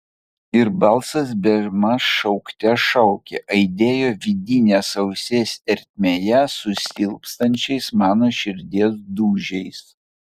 ir balsas bemaž šaukte šaukė aidėjo vidinės ausies ertmėje su silpstančiais mano širdies dūžiais